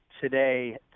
today